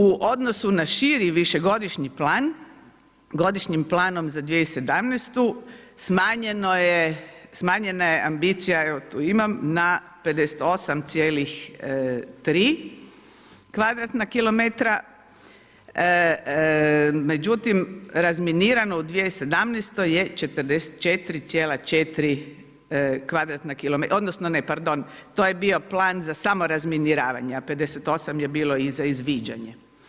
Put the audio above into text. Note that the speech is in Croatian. U odnosu na širi višegodišnji plan, godišnjim planom za 2017. smanjena je ambicija, evo tu imam, na 58,3 kvadratna kilometra, međutim razminirano u 2017. je 44,4 odnosno ne pardon to je bio plan za samo razminiravanje, a 58 je bilo i za izviđanje.